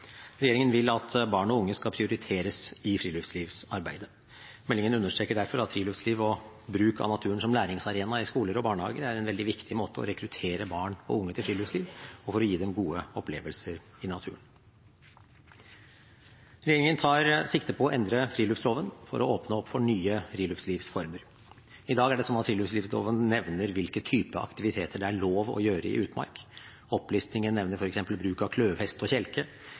Regjeringen vil at barn og unge skal prioriteres i friluftslivsarbeidet. Meldingen understreker derfor at friluftsliv og bruk av naturen som læringsarena i skoler og barnehager er veldig viktig for å rekruttere barn og unge til friluftsliv og for å gi dem gode opplevelser i naturen. Regjeringen tar sikte på å endre friluftsloven for å åpne opp for nye friluftslivsformer. I dag er det slik at friluftsloven nevner hvilke typer aktiviteter det er lov å gjøre i utmark. Opplistingen nevner f.eks. bruk av kløvhest og kjelke.